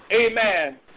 Amen